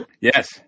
yes